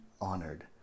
honored